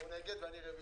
הוא נגד ואני רוויזיה.